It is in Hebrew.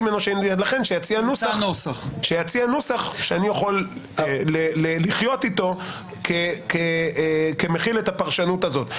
הצעת נוסח שאני יכול לחיות איתו כמכיל את הפרשנות הזאת.